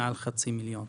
מעל חצי מיליון.